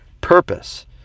purpose